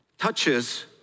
touches